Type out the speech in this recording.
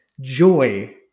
joy